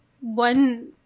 one